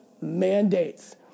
mandates